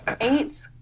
Eight